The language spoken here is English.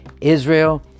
Israel